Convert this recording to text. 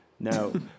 No